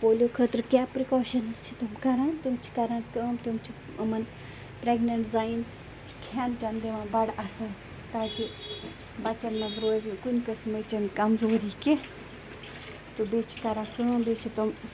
polio خٲطرٕ کیٛاہ precautions چھِ تِم کران تِم چھِ کران کٲم تِم چھِ یِمَن پرٛٮ۪گنٮ۪نٛٹ زَنٮ۪ن چھُ کھٮ۪ن چٮ۪ن دِوان بَڑٕ اَصٕل تاکہِ بَچَن منٛز روزِ نہٕ کُنہِ قٕسمٕچ کمزوٗری کیٚنہہ تہٕ بیٚیہِ چھِ کران کٲم بیٚیہِ چھِ تِم